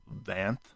Vanth